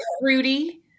fruity